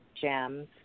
jams